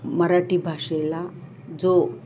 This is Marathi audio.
मराठी भाषेला जो